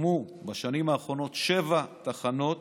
הוקמו בשנים האחרונות שבע תחנות,